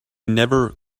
never